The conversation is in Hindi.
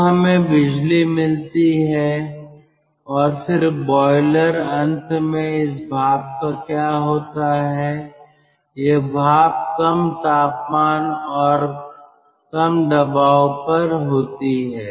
तो हमें बिजली मिलती है और फिर बॉयलर अंत में इस भाप का क्या होता है यह भाप कम तापमान और कम दबाव पर होती है